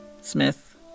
Smith